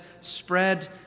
spread